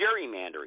gerrymandering